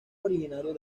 originario